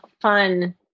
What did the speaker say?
fun